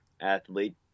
athlete